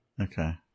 Okay